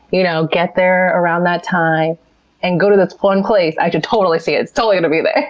you know get there around that time and go to this one place, i should totally see it, it's totally going to be there.